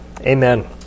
Amen